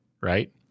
right